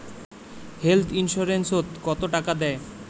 Health insurance ওত কত টাকা দেয়?